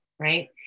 Right